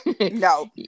No